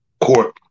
court